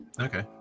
Okay